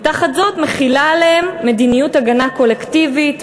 ותחת זאת מחילה עליהם מדיניות הגנה קולקטיבית,